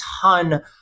ton